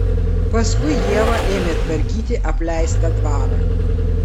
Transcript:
paskui ieva ėmė tvarkyti apleistą dvarą